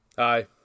Hi